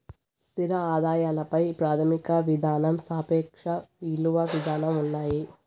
స్థిర ఆదాయాల పై ప్రాథమిక విధానం సాపేక్ష ఇలువ విధానం ఉన్నాయి